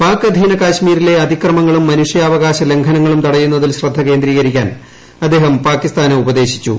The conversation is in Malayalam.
പാക് അധീന കാശ്മീരിലെ അതിക്രമങ്ങളും മനുഷ്യാവകാശ ലംഘനങ്ങളും തടയുന്നതിൽ ശ്രദ്ധ കേന്ദ്രീകരിക്കാൻ അദ്ദേഹം പാകിസ്ഥാനെ ഉപദേശിച്ചു